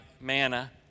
manna